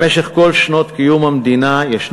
במשך כל שנות קיום המדינה יש פערים,